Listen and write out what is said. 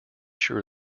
sure